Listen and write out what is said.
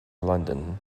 london